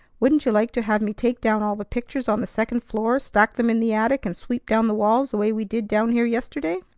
wouldn't you like to have me take down all the pictures on the second floor, stack them in the attic, and sweep down the walls the way we did down here yesterday?